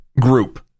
group